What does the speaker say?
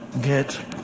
get